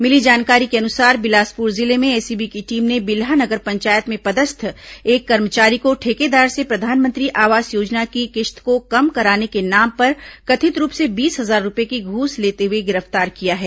मिली जानकारी के अनुसार बिलासपुर जिले में एसीबी की टीम ने बिल्हा नगर पंचायत में पदस्थ एक कर्मचारी को ठेकेदार से प्रधानमंत्री आवास योजना की किस्त को कम कराने के नाम पर कथित रूप से बीस हजार रूपये की घुस लेते हए गिरफ्तार किया है